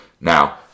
Now